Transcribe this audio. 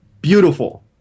beautiful